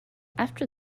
after